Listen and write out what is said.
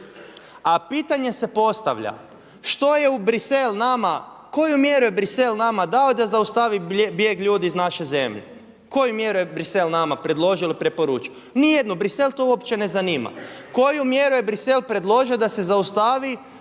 A pitanje se postavlja, što je u Bruxelles, koju je mjeru Bruxelles nama dao da zaustavi bijeg ljudi iz naše zemlje, koju je mjeru Bruxelles nama predložio i preporučio? Nijednu. Bruxelles to uopće ne zanima. Koju mjeru je Bruxelles predložio da se zaustavi